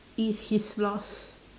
is his loss